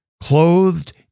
clothed